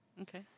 Okay